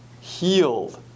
healed